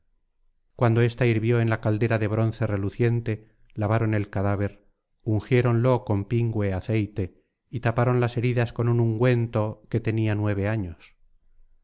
cuando ésta hirvió en la caldera de bronce reluciente lavaron el cadáver ungiéronlo con pingüe aceite y taparon las heridas con un ungüento que tenía nueve años